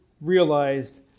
realized